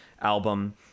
album